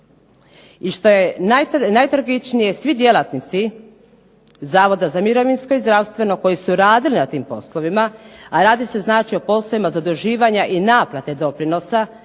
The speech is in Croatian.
i što je najtragičnije svi djelatnici zavoda za mirovinsko i zdravstveno koji su radili na tim poslovima, a radi se znači o poslovima zaduživanja i naplate doprinosa